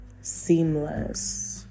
seamless